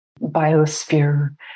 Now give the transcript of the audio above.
biosphere